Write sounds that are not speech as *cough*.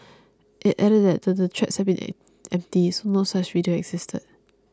it added that the the threats had been *hesitation* empty as no such video existed